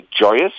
joyous